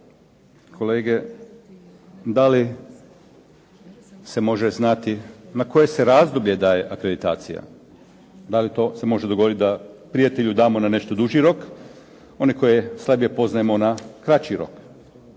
kolege da li se može znati na koje se razdoblje daje akreditacija, da li to se može dogoditi da prijatelju damo na nešto duži rok, onima koje slabije poznajemo na kraći rok.